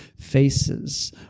faces